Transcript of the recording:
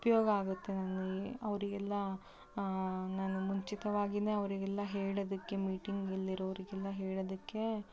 ಉಪಯೋಗ ಆಗುತ್ತೆ ನನಗೆ ಅವರಿಗೆಲ್ಲ ನಾನು ಮುಂಚಿತವಾಗಿನೇ ಅವರಿಗೆಲ್ಲ ಹೇಳೋದಿಕ್ಕೆ ಮೀಟಿಂಗಲ್ಲಿರೋರಿಗೆಲ್ಲ ಹೇಳೋದಿಕ್ಕೆ